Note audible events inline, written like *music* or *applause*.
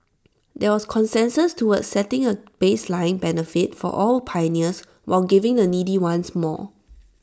there was consensus towards setting A baseline benefit for all pioneers while giving the needy ones more *noise*